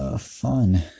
fun